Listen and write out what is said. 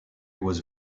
was